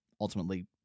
ultimately